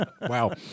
Wow